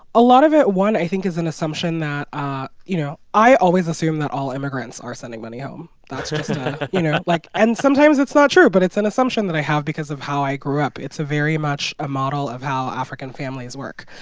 a lot of it, one, i think is an assumption that ah you know, i always assume that all immigrants are sending money home that's just a you know, like and sometimes it's not true, but it's an assumption that i have because of how i grew up. it's a very much a model of how african families work.